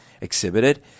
exhibited